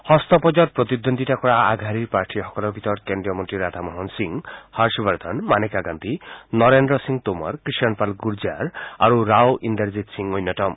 ষষ্ঠ পৰ্যায়ত প্ৰতিদ্বন্দ্বিতা কৰা আগশাৰীৰ প্ৰাৰ্থীসকলৰ ভিতৰত কেন্দ্ৰীয় মন্ত্ৰী ৰাধা মোহন সিং হৰ্ষ বৰ্ধন মানেকা গান্ধী নৰেন্দ্ৰ সিং টোমৰ কৃষণ পাল গুৰ্জাৰ আৰু ৰাও ইন্দেৰজিৎ সিং অন্যতম